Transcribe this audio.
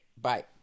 bye